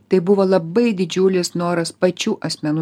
tai buvo labai didžiulis noras pačių asmenų